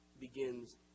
begins